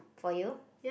for you